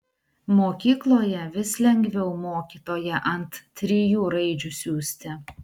mokykloje vis lengviau mokytoją ant trijų raidžių siųsti